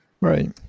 Right